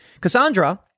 Cassandra